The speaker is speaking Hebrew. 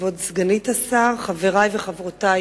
כבוד סגנית השר, חברי וחברותי